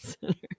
Center